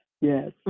Yes